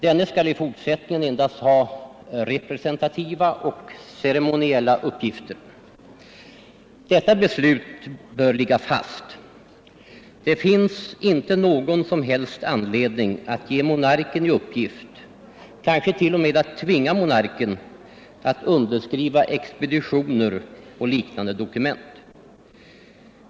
Denne skall i fortsättningen endast ha representativa och ceremoniella uppgifter. Detta beslut bör ligga fast; det finns inte någon anledning att ge monarker i uppgift, kanske t.o.m. tvinga monarken, att underskriva expeditioner och liknande dokument.